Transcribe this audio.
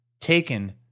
taken